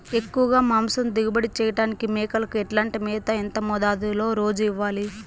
ఎక్కువగా మాంసం దిగుబడి చేయటానికి మేకలకు ఎట్లాంటి మేత, ఎంత మోతాదులో రోజు ఇవ్వాలి?